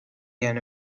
ian